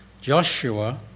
Joshua